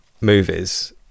movies